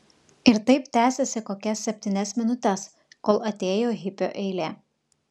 ir taip tęsėsi kokias septynias minutes kol atėjo hipio eilė